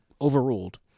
overruled